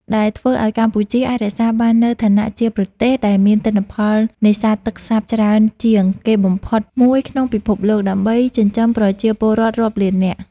ដែលធ្វើឱ្យកម្ពុជាអាចរក្សាបាននូវឋានៈជាប្រទេសដែលមានទិន្នផលនេសាទទឹកសាបច្រើនជាងគេបំផុតមួយក្នុងពិភពលោក ដើម្បីចិញ្ចឹមប្រជាពលរដ្ឋរាប់លាននាក់។